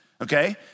okay